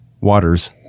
waters